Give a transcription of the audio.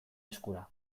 eskura